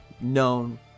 known